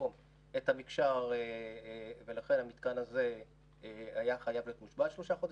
במקום ולכן המתקן הזה היה חייב להיות מושבת שלושה חודשים.